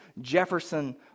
Jefferson